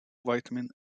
vitamin